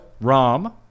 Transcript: Rom